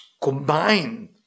combine